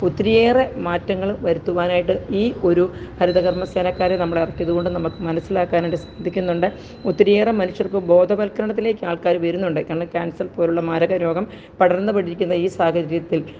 ഒത്തിരിയേറെ മാറ്റങ്ങൾ വരുത്തുവാനായിട്ട് ഈ ഒരു ഹരിതകര്മ സേനാക്കാരെ നമ്മൾ ഇറക്കിയത് കൊണ്ട് നമുക്ക് മനസ്സിലാക്കാനായിട്ട് സാധിക്കുന്നുണ്ട് ഒത്തിരിയേറെ മനുഷ്യര്ക്ക് ബോധവല്ക്കരണത്തിലേക്ക് ആള്ക്കാർ വരുന്നുണ്ട് കാരണം ക്യാന്സര് പോലുള്ള മാരക രോഗം പടര്ന്നു പിടിക്കുന്ന ഈ സാഹചര്യത്തില്